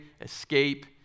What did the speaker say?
escape